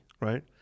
right